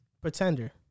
pretender